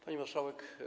Pani Marszałek!